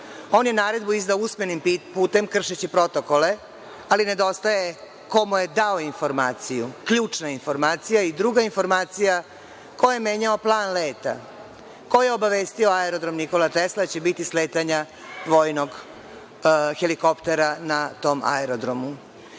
On je naredbu izdao usmenim putem kršeći protokole, ali nedostaje ko mu je dao informaciju, ključna informacija. Druga informacija, ko je menjao plan leta? Ko je obavestio aerodrom „Nikola Tesla“ da će biti sletanja vojnog helikoptera na tom aerodromu? Jedna